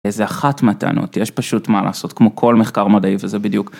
איזה אחת מהטענות, יש פשוט מה לעשות, כמו כל מחקר מדעי וזה בדיוק.